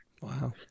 Wow